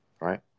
right